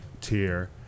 tier